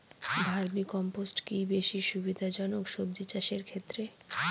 Vermi compost কি বেশী সুবিধা জনক সবজি চাষের ক্ষেত্রে?